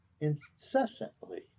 incessantly